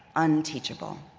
unteachable.